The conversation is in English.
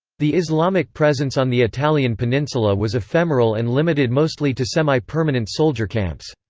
the islamic presence on the italian peninsula was ephemeral and limited mostly to semi-permanent soldier camps.